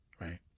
right